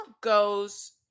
goes